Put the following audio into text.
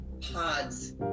pods